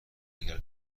اگر